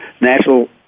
National